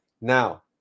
Now